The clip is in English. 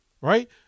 Right